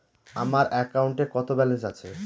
আমার অ্যাকাউন্টে কত ব্যালেন্স আছে?